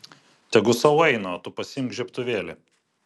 tegu sau eina o tu pasiimk žiebtuvėlį